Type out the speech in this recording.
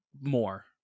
more